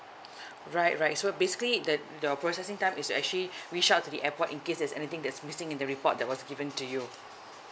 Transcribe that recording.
right right so basically that your processing time is actually reach out to the airport in case there is anything that's missing in the report that was given to you